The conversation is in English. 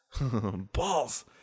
balls